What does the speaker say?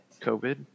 COVID